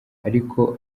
ariko